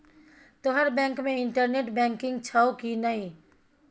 तोहर बैंक मे internet banking छौ कि नै